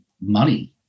money